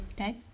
Okay